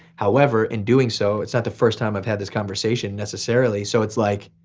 however in doing so, it's not the first time i've had this conversation necessarily so it's like,